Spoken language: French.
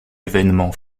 événement